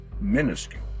minuscule